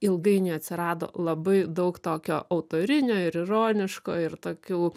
ilgainiui atsirado labai daug tokio autorinio ir ironiško ir tokių